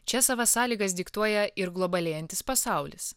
čia savas sąlygas diktuoja ir globalėjantis pasaulis